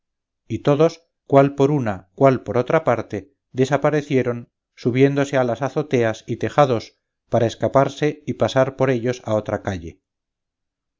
y todos cuál por una y cuál por otra parte desaparecieron subiéndose a las azoteas y tejados para escaparse y pasar por ellos a otra calle